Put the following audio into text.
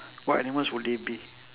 what animals would they be